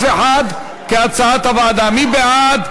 מי בעד?